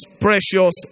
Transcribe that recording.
precious